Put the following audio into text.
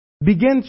begin